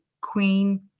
queen